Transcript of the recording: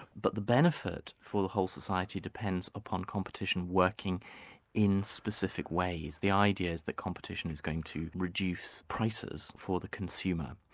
but the benefit for the whole society depends upon competition working in specific ways. the idea is that competition is going to reduce prices for the consumer.